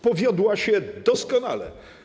Powiodła się doskonale.